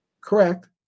correct